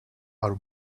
our